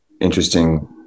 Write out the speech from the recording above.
interesting